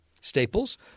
Staples